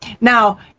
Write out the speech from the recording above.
Now